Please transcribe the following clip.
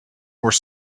were